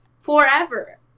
forever